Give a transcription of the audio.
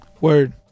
Word